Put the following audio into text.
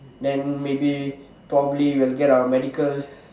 then maybe probably will get our medical